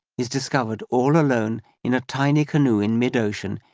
is discovered all alone in a tiny canoe in mid-ocean,